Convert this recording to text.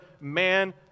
man